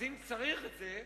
אז אם צריך את זה,